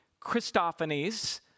Christophanies